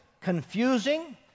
confusing